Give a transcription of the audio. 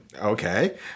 Okay